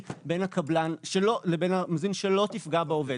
בין הקבלן לבין המזמין שלא יפגע בעובד.